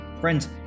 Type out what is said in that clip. friends